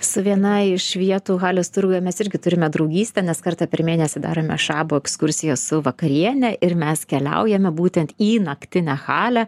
su viena iš vietų halės turguje mes irgi turime draugystę nes kartą per mėnesį darome šabo ekskursiją su vakariene ir mes keliaujame būtent į naktinę halę